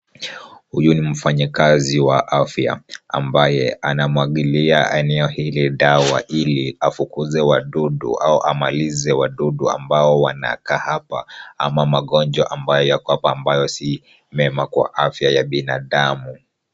Huyu ni mfanyakazi wa afya ambaye anamwagilia eneo hili dawa ili afukuze wadudu au amalize wadudu ambao wanakaa hapa ama magonjwa ambayo yako hapa ambayo si mema kwa afya ya binadamu.